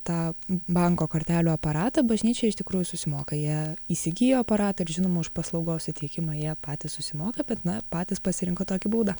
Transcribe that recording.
tą banko kortelių aparatą bažnyčia iš tikrųjų susimoka jie įsigijo aparatą ir žinoma už paslaugos suteikimą jie patys susimoka bet na patys pasirinko tokį būdą